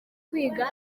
kwiga